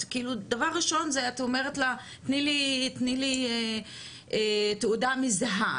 את דבר ראשון אומרת לה תני לי תעודה מזהה,